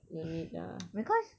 because